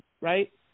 right